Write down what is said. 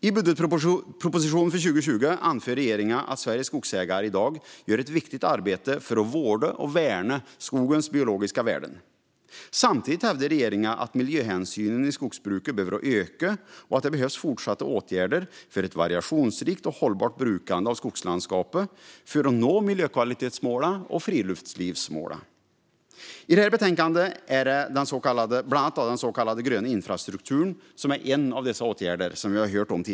I budgetpropositionen för 2020 anför regeringen att Sveriges skogsägare i dag gör ett viktigt arbete för att vårda och värna skogens biologiska värden. Samtidigt hävdar regeringen att miljöhänsynen i skogsbruket behöver öka och att det behövs fortsatta åtgärder för ett variationsrikt och hållbart brukande av skogslandskapet för att nå miljökvalitetsmålen och friluftslivsmålen. I detta betänkande är bland annat den så kallade gröna infrastrukturen en av dessa åtgärder.